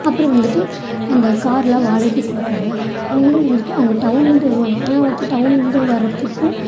அப்புறம் வந்துட்டு அந்த கார்லாம் வாடகைக்கு ஓட்டுறாங்கள்ல அவங்களும் வந்துட்டு அவங்க டவுன்லருந்து வருவாங்க ஆனால் வந்துட்டு டவுன்லருந்து வரதுக்கும்